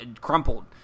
crumpled